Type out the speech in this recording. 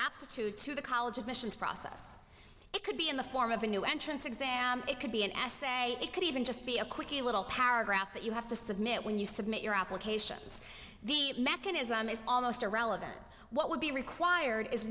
aptitude to the college admissions process it could be in the form of a new entrance exam it could be an essay it could even just be a quickie little paragraph that you have to submit when you submit your applications the mechanism is almost irrelevant what would be required is